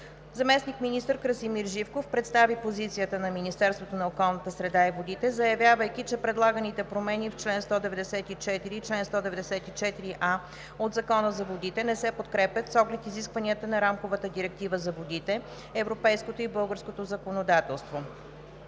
Заместник-министър Красимир Живков представи позицията на Министерството на околната среда и водите, заявявайки, че предлаганите промени в чл. 194 и чл. 194а от Закона за водите не се подкрепят с оглед изискванията на Рамковата директива за водите, европейското и българското законодателство.